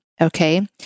Okay